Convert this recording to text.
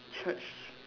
Church